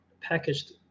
packaged